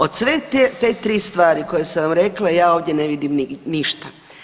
Od sve te tri stvari koje sam vam rekla ja ovdje ne vidim ništa.